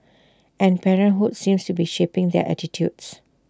and parenthood seems to be shaping their attitudes